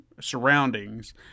surroundings